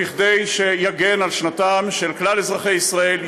כדי שיגן על שנתם של כלל אזרחי ישראל,